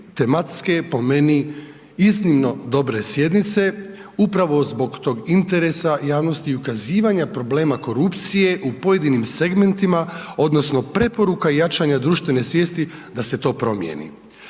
tematske, po meni, iznimno dobre sjednice upravo zbog tog interesa javnosti i ukazivanja problema korupcije u pojedinim segmentima odnosno preporuka i jačanja društvene svijesti da se to promijeni.